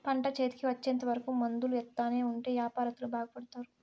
పంట చేతికి వచ్చేంత వరకు మందులు ఎత్తానే ఉంటే యాపారత్తులు బాగుపడుతారు